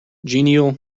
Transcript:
genial